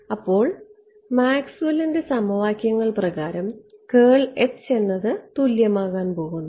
അതിനാൽ ഇപ്പോൾ മാക്സ്വെല്ലിന്റെ സമവാക്യങ്ങൾ പ്രകാരം എന്നത് തുല്യമാകാൻ പോകുന്നു